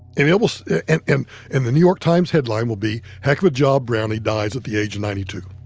and it will so and and and the new york times headline will be heck of a job, brownie' dies at the age of ninety two.